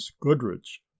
Goodrich